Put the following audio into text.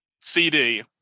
CD